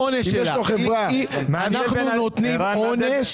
אנחנו עוברים